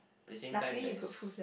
at the same time there's